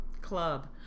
club